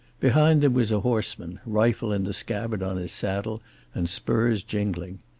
behind them was a horseman, rifle in the scabbard on his saddle and spurs jingling.